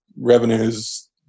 revenues